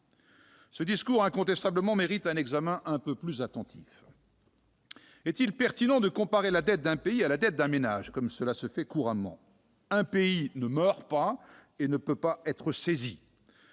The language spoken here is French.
ce discours mérite un examen un peu plus attentif. Est-il pertinent de comparer la dette d'un pays à celle d'un ménage, comme cela se fait couramment ? Un pays ne meurt pas et ne peut être saisi.